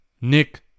Nick